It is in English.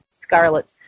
Scarlet